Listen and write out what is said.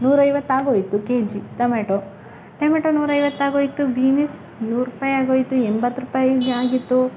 ನೂರೈವತ್ತು ಆಗೋಯಿತು K G tomato tomato ನೂರೈವತ್ತು ಆಗೋಯಿತು ಬೀನಿಸ್ ನೂರು ರೂಪಾಯಿ ಆಗೋಯಿತು ಎಂಬತ್ತು ರೂಪಾಯಿ ಆಗಿತ್ತು